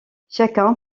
chacun